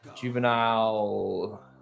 Juvenile